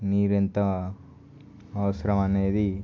నీరు ఎంత అవసరం అనేది